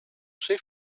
sei